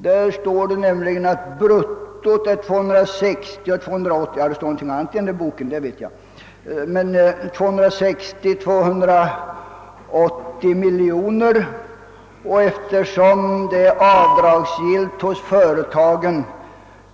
I kontrollstyrelsens redogörelse står bl.a. att bruttot är mellan 260 och 280 miljoner kronor. Eftersom energiskatten är avdragsgill